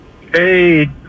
Hey